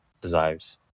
desires